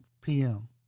pm